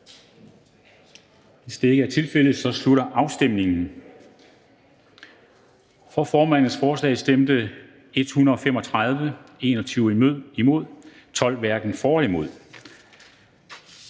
Hvis det ikke er tilfældet, så slutter afstemningen. For formandens forslag stemte 135 (S, V, RV, SF,